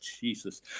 Jesus